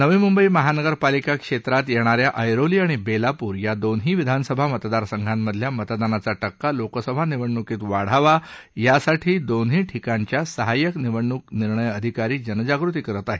नवी मुंबई महानगरपालिका क्षेत्रात येणाऱ्या ऐरोली आणि बेलापूर या दोन्ही विधानसभा मतदारसंघातल्या मतदानाचा टक्का लोकसभा निवडणुकीत वाढावा याकरिता दोन्ही ठिकाणच्या सहायक निवडणुक निर्णय अधिकारी जनजागृती करत आहेत